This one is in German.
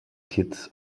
kitts